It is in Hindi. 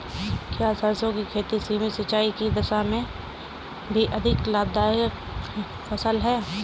क्या सरसों की खेती सीमित सिंचाई की दशा में भी अधिक लाभदायक फसल है?